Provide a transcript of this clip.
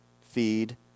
feed